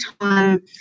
time